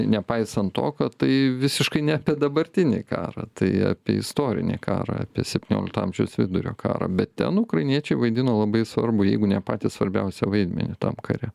nepaisant to kad tai visiškai ne apie dabartinį karą tai apie istorinį karą apie septyniolikto amžiaus vidurio karą bet ten ukrainiečiai vaidino labai svarbų jeigu ne patį svarbiausią vaidmenį tam kare